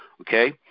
Okay